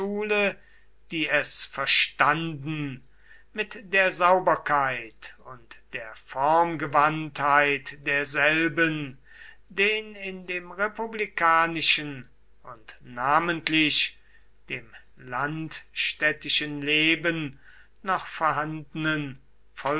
die es verstanden mit der sauberkeit und der formgewandtheit derselben den in dem republikanischen und namentlich dem landstädtischen leben noch vorhandenen